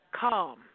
Calm